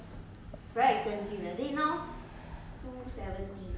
like more like biscuit